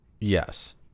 Yes